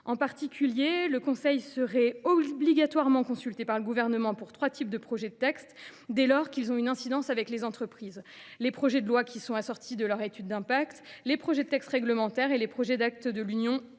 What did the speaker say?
En particulier, celui ci serait obligatoirement consulté par le Gouvernement sur trois types de projets de texte, dès lors qu’ils ont une incidence sur les entreprises : les projets de loi, assortis de leur étude d’impact, les projets de textes réglementaires et les projets d’actes de l’Union